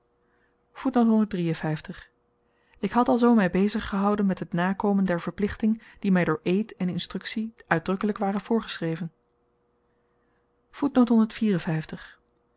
ik had alzoo my bezig gehouden met het nakomen der verplichting die my door eed en instruktie uitdrukkelyk waren voorgeschreven